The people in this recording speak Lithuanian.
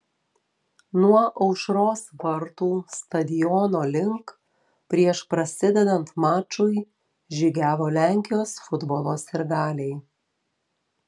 nuo aušros vartų stadiono link prieš prasidedant mačui žygiavo lenkijos futbolo sirgaliai